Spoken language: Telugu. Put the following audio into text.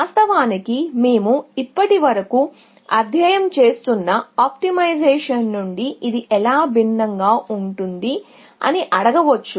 వాస్తవానికి మేము ఇప్పటివరకు అధ్యయనం చేస్తున్న ఆప్టిమైజేషన్ నుండి ఇది ఎలా భిన్నంగా ఉంటుంది అని మీరు అనుకోవచ్చు